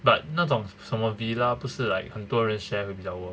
but 那种什么 villa 不是 like 很多人 share 不是比较 worth